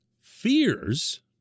fears